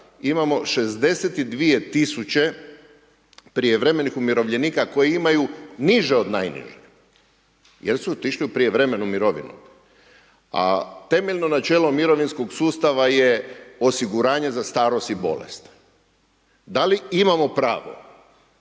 imamo 62 tisuće prijevremenih umirovljenika koji imaju niže od najniže jer su otišli u prijevremenu mirovinu. A temeljno načelo mirovinskog sustava je osiguranje za starost i bolest. Da li imamo pravo